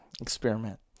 experiment